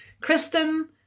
Kristen